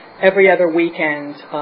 every-other-weekend